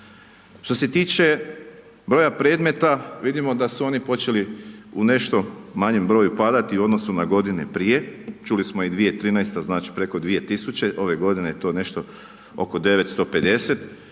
Što se tiče broja predmeta, vidimo da su oni počeli u nešto manjem broju padati u odnosu na godine prije. Čuli smo i 2013. znači preko 2000., ove godine je to nešto oko 950